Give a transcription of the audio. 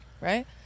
right